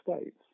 States